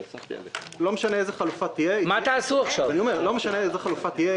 לא משנה איזו חלופה תהיה,